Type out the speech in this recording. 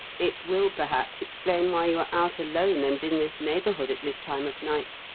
it will perhaps explain why you are out alone and in this neighbourhood at this time of night.